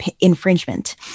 infringement